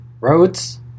roads